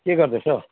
के गर्दैछौँ